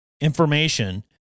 information